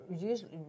usually